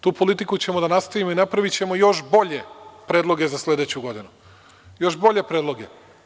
Tu politiku ćemo da nastavimo i napravićemo još bolje predloge za sledeću godinu, još bolje predloge.